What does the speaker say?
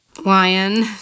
Lion